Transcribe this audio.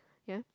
ya